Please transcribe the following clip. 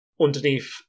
underneath